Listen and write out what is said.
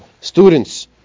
students